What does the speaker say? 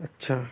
আচ্ছা